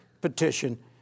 petition